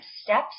steps